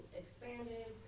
expanded